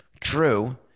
True